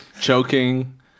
choking